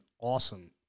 awesome